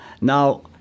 Now